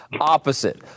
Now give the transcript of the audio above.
opposite